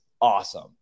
awesome